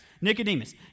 Nicodemus